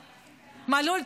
מלול,